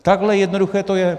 Takhle jednoduché to je.